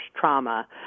trauma